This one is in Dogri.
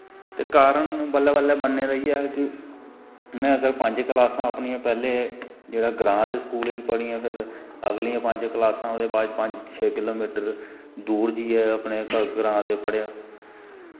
ते कारण बल्लें बल्लें बनने दा इयै हा कि में अगर पंज क्लासां अपनियां पेह्लें जेह्ड़ा ग्रांऽ दे स्कूल च पढ़ियां फिर अगलियां पंज क्लासां ओह्दे बाद पंज छे किलो मीटर दूर जाइयै अपने ग्रांऽ दे पढ़ेआ